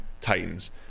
Titans